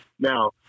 now